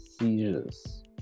seizures